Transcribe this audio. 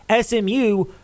SMU